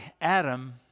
Adam